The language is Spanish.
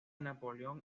napoleón